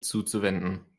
zuzuwenden